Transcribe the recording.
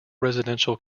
residential